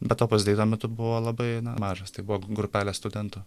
bet opus dei tuo metu buvo labai na mažas tai buvo grupelė studentų